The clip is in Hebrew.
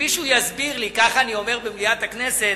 שמישהו יסביר לי, כך אני אומר במליאת הכנסת,